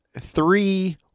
three